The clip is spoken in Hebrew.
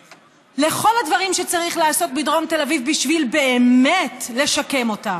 לכל הדברים שצריך לעשות בדרום תל אביב בשביל באמת לשקם אותם,